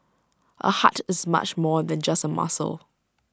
A heart is much more than just A muscle